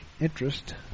interest